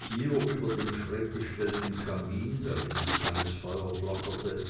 hier über dem schräggestellten kamin drin ein kleines feuer flackerte